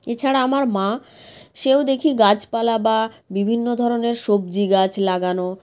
এছাড়া আমার মা সেও দেখি গাছপালা বা বিভিন্ন ধরনের সবজি গাছ লাগানো